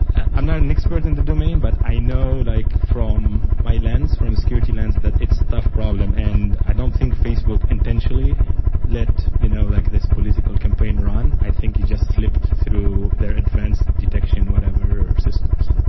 i'm not an expert in the domain, but i know like from my lens, from the security lens, that it's a tough problem and i don't think facebook intentionally let you know like this political campaign run. i think it just slipped through their advanced detection, whatever, or systems,